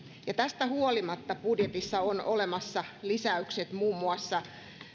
tästä huolimatta budjetissa on olemassa lisäykset muun muassa